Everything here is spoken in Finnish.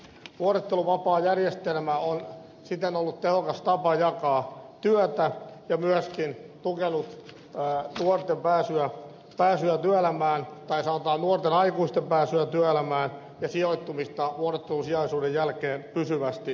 vuorotteluvapaajärjestelmä on siten ollut tehokas tapa jakaa työtä ja on myöskin puhelu vaan nuorten pääsyä pääsyä työelämään tukenut nuorten aikuisten pääsyä työelämään ja sijoittumista vuorottelusijaisuuden jälkeen pysyvästi työelämään